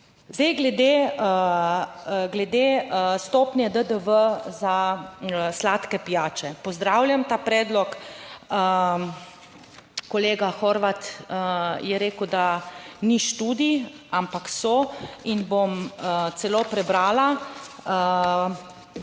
glede, glede stopnje DDV za sladke pijače. Pozdravljam ta predlog. Kolega Horvat je rekel, da ni študij, ampak so in bom celo prebrala,